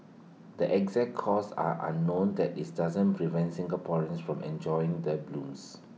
the exact cause are unknown that is doesn't prevent Singaporeans from enjoying the blooms